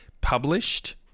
published